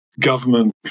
government